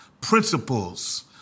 principles